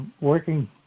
working